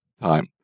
time